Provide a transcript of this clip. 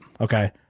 okay